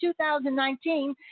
2019